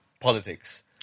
politics